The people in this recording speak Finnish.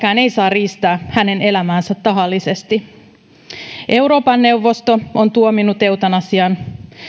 keneltäkään ei saa riistää hänen elämäänsä tahallisesti euroopan neuvosto on tuominnut eutanasian